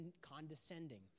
condescending